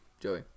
joey